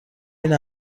این